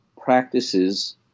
practices